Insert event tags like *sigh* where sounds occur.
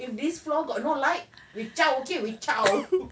if this floor got a lot of light we ciao okay we ciao *breath*